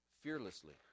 fearlessly